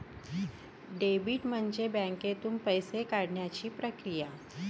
debit म्हणजे बँकेतून पैसे काढण्याची प्रक्रिया